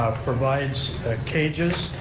provides cages,